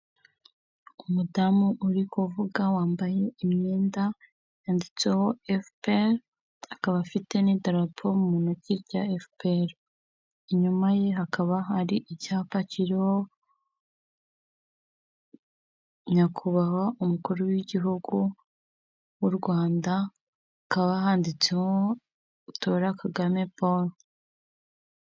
Umudamu uri kuvuga wambaye imyenda yanditseho FPR akaba afite n’ idarapo mu ntoki rya FPR inyuma ye hakaba hari icyapa kiriho nyakubahwa umukuru w'igihugu w'u Rwanda hakaba handitsemo tora Kagame Paul.